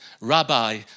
rabbi